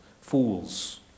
fools